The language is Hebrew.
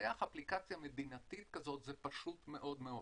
לפתח אפליקציה מדינתית כזאת זה פשוט מאוד מאוד.